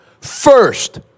First